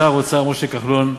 שר האוצר משה כחלון,